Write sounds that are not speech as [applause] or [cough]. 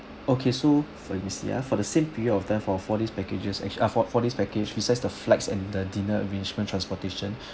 okay so for this year for the same period of time for four days packages actu~ ah for four days package is just the flights and the dinner arrangement transportation [breath]